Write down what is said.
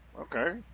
Okay